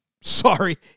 sorry